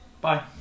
Bye